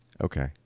Okay